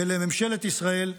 ומממשלת ישראל,